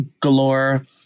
galore